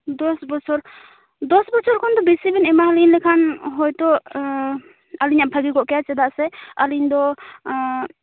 ᱫᱚᱥ ᱵᱚᱪᱷᱚᱨ ᱫᱚᱥ ᱵᱚᱪᱷᱚᱨ ᱠᱷᱚᱱ ᱫᱚ ᱵᱤᱥᱤ ᱵᱮᱱ ᱮᱢᱟ ᱞᱤᱧ ᱞᱮᱠᱷᱟᱱ ᱦᱚᱭᱛᱳ ᱟᱹᱞᱤᱧᱟᱜ ᱵᱷᱟᱹᱜᱮ ᱠᱚᱜ ᱠᱮᱭᱟ ᱪᱮᱫᱟᱜ ᱥᱮ ᱟᱹᱞᱤᱧ ᱫᱚ